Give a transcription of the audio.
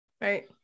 Right